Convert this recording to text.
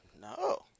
No